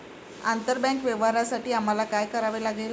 आंतरबँक व्यवहारांसाठी आम्हाला काय करावे लागेल?